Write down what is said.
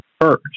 first